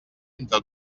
entre